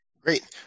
Great